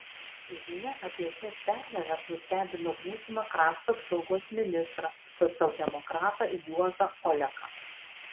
žinia apie šias permainas nustebino būsimą krašto apsaugos ministrą socialdemokratą juozą oleką